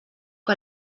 que